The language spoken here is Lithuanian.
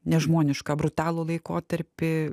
nežmonišką brutalų laikotarpį